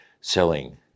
selling